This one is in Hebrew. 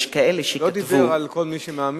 הוא לא דיבר על כל מי שמאמין.